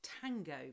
tango